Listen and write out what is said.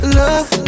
love